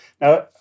Now